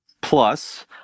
plus